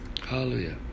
Hallelujah